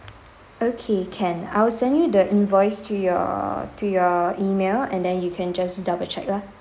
okay can I'll send you the invoice to your to your email and then you can just double check lah